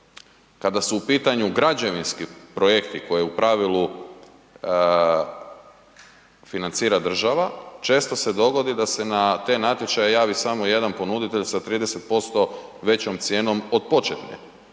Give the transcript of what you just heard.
kada su u pitanju građevinski projekti koji u pravilu financira država, često se dogodi da se na te natječaje javi samo jedan ponuditelj sa 30% većom cijenom od početne,